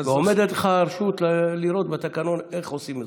ועומדת לך הרשות לראות בתקנון איך עושים זאת,